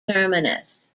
terminus